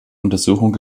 untersuchung